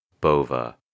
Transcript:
Bova